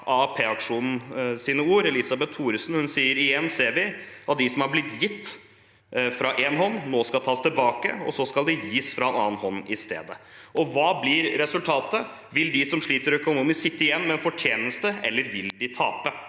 AAP-aksjonen Elisabeth Thoresens ord: «Igjen ser vi at det som er blitt gitt fra en hånd nå skal tas tilbake, og så skal det gis fra en annen hånd i stedet. Hva blir resultatet? Vil de som sliter økonomisk sitte igjen med fortjeneste eller vil de tape?»